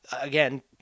again